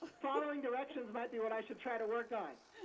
following directions might be what i should try to work on.